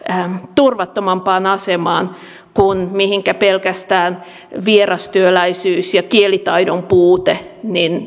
turvattomampaan asemaan kuin mitä pelkästään vierastyöläisyys ja kielitaidon puute